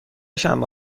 شنبه